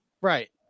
right